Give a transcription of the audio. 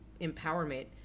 empowerment